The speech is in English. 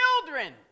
children